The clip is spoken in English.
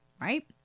right